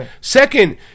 Second